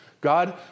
God